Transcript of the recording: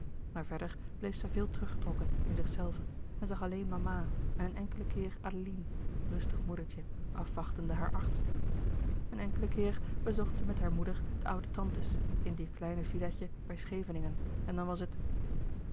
verder bleef zij veel teruggetrokken in zichzelve en zag alleen mama en een enkelen keer adeline louis couperus de boeken der kleine zielen rustig moedertje afwachtende haar achtste een enkelen keer bezocht zij met hare moeder de oude tantes in dier kleine villa tje bij scheveningen en dan was het